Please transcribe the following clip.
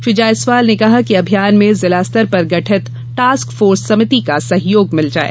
श्री जायसवाल ने कहा कि अभियान में जिला स्तर पर गठित टास्क फोर्स समिति का सहयोग लिया जाये